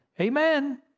Amen